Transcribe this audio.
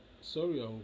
sorry